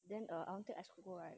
then err I want to take ice coco right